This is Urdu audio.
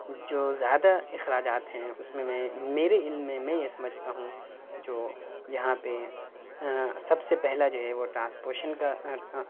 جو زیادہ اخراجات ہیں اس میں میں میرے علم میں میں یہ سمجھتا ہوں جو جہاں پہ سب سے پہلا جو ہے وہ ٹرانسپوشن کا